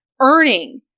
earning